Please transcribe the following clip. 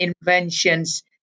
inventions